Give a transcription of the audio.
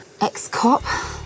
Ex-cop